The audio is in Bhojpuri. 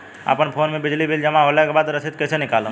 अपना फोन मे बिजली बिल जमा होला के बाद रसीद कैसे निकालम?